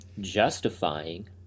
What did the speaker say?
justifying